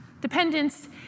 dependence